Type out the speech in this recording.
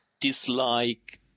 dislike